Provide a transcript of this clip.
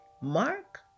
Mark